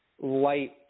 light